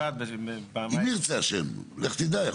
אם ירצה השם, לך תדע.